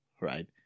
right